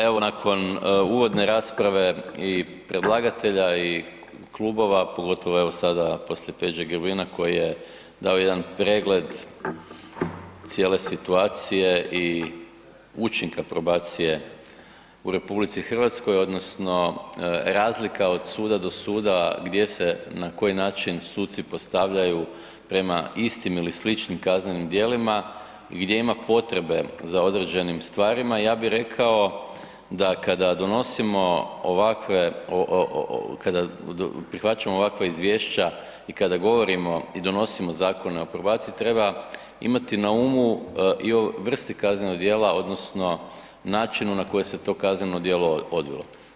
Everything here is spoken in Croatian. Evo nakon uvodne rasprave i predlagatelja i klubova, pogotovo evo sada poslije Peđe Grbina koji je dao jedan pregled cijele situacije i učinka probacije u RH odnosno razlika od suda do suda gdje se na koji način suci postavljaju prema istim ili sličnim kaznenim djelima, gdje ima potrebe za određenim stvarima, ja bih rekao da kada prihvaćamo ovakva izvješća i kada govorimo i donosimo zakone o probaciji treba imati na umu i o vrsti kaznenog djela odnosno načinu na koje se to kazneno djelo odvilo.